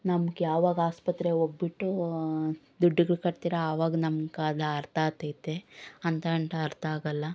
ನಮಗೆ ಯಾವಾಗ ಆಸ್ಪತ್ರೆಗೋಗ್ಬಿಟ್ಟು ದುಡ್ಡುಗಳು ಕಟ್ತೀರೋ ಆವಾಗ ನಮಗೆ ಅದು ಅರ್ಥ ಆಗ್ತೈತೆ ಅಂತಗಂಟ ಅರ್ಥ ಆಗೋಲ್ಲ